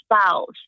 spouse